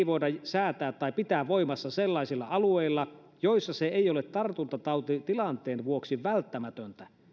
voida säätää tai pitää voimassa sellaisilla alueilla joissa se ei ole tartuntatautitilanteen vuoksi välttämätöntä